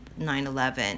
9-11